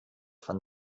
von